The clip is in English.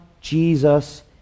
Jesus